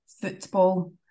football